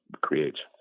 creates